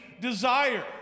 desire